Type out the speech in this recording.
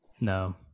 No